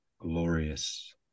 glorious